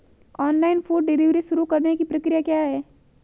Online food delivery शुरू करने की प्रक्रिया क्या है?